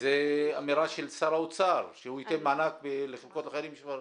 כי זו אמירה של שר האוצר שהוא ייתן מענק לחלקות לחיילים משוחררים,